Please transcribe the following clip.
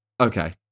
Okay